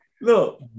look